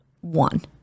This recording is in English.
one